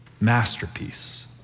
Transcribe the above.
masterpiece